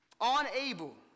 unable